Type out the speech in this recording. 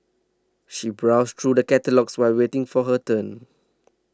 she browsed through the catalogues while waiting for her turn